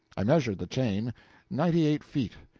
i measured the chain ninety eight feet.